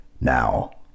Now